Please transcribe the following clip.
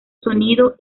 sonido